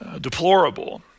deplorable